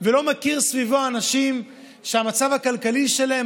ולא מכיר סביבו אנשים שהמצב הכלכלי שלהם